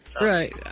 right